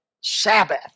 Sabbath